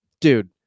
Dude